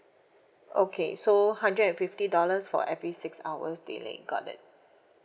okay so hundred and fifty dollars for every six hours delay got it